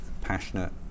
passionate